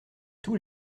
tous